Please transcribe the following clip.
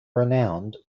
renowned